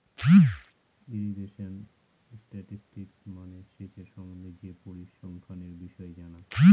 irrigation statistics মানে সেচের সম্বন্ধে যে পরিসংখ্যানের বিষয় জানা